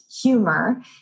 humor